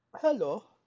Hello